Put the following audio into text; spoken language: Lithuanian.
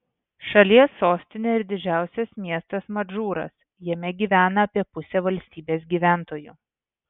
šalies sostinė ir didžiausias miestas madžūras jame gyvena apie pusę valstybės gyventojų